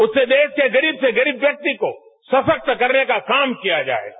उसे देश से गरीब से गरीब व्यक्ति को सशक्त करने का काम किया जाएगा